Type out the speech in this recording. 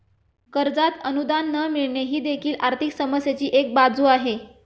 कर्जात अनुदान न मिळणे ही देखील आर्थिक समस्येची एक बाजू आहे